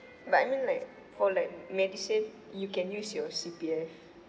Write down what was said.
but I mean like for like MediSave you can use your C_P_F